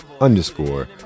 underscore